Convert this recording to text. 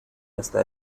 hasta